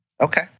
Okay